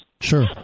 Sure